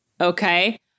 Okay